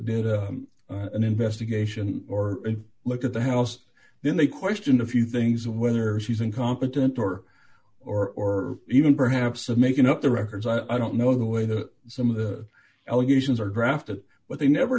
did an investigation or look at the house then they question a few things whether she's incompetent or or even perhaps of making up the records i don't know the way that some of the allegations are drafted but they never